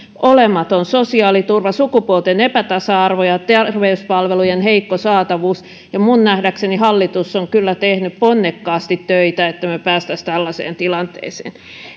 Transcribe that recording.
olematon sosiaaliturva sukupuolten epätasa arvo ja terveyspalvelujen heikko saatavuus ja minun nähdäkseni hallitus on kyllä tehnyt ponnekkaasti töitä että me pääsisimme tällaiseen tilanteeseen